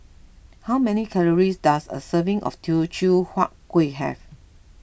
how many calories does a serving of Teochew Huat Kueh have